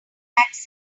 access